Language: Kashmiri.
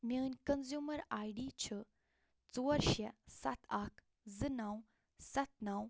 میٛٲنۍ کنزیٛومر آے ڈی چھِ ژور شےٚ سَتھ اکھ زٕ نَو سَتھ نَو